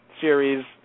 series